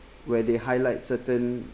where they highlight certain